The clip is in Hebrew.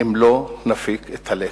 אם לא נפיק את הלקח.